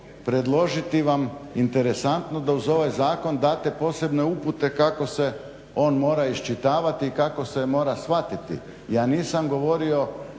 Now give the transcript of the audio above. predložiti vam interesantno da uz ovaj zakon date posebne upute kako se on mora iščitavati i kako se mora shvatiti. Ja nisam govorio